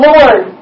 Lord